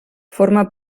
forma